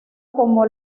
como